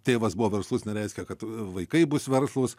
tėvas buvo verslus nereiškia kad vaikai bus verslūs